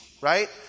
right